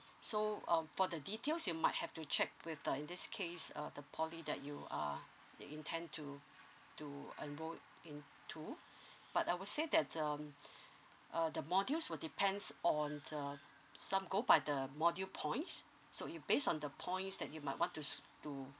so um for the details you might have to check with the in this case err the poly that you uh you intend to to enrol into but I would say that um uh the module will depends on uh some go by the module points so you based on the points that you might want to to